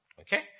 Okay